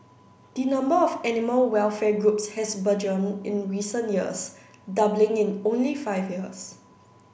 the number of animal welfare groups has burgeoned in recent years doubling in only five years